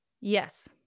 Yes